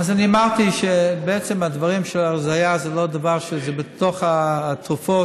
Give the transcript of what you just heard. אז אני אמרתי שבעצם הדברים להרזיה זה לא דבר שהוא בתוך התרופות.